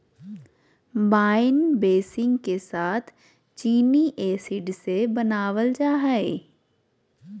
wine बेसींग के साथ चीनी एसिड से बनाबल जा हइ